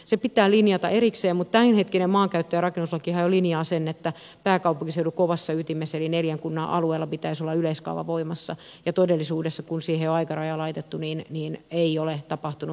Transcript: se pitää linjata erikseen mutta tämänhetkinen maankäyttö ja rakennuslakihan jo linjaa sen että pääkaupunkiseudun kovassa ytimessä eli neljän kunnan alueella pitäisi yleiskaavan olla voimassa ja todellisuudessa kun siihen on aikaraja laitettu ei ole tapahtunut mitään siinä